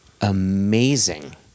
amazing